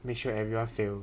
make sure everyone fail